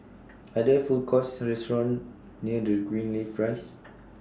Are There Food Courts Or restaurants near Greenleaf Rise